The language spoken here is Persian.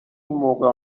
موقع